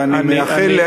ואני מאחל,